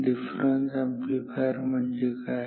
difference amplifier म्हणजे काय